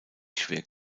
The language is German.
schwer